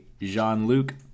Jean-Luc